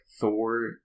Thor